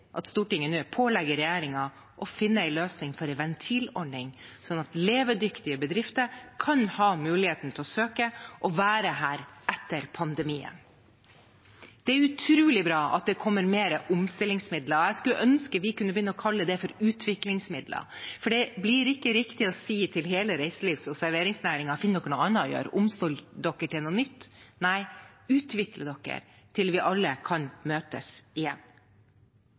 at Stortinget nå pålegger regjeringen å finne en løsning for en ventilordning, sånn at levedyktige bedrifter kan ha muligheten til å søke og være her etter pandemien. Det er utrolig bra at det kommer mer omstillingsmidler. Jeg skulle ønske vi kunne begynne å kalle det for utviklingsmidler, for det blir ikke riktig å si til hele reiselivs- og serveringsnæringen: Finn dere noe annet å gjøre, omstill dere til noe nytt. Nei, utvikle dere til vi alle kan møtes igjen.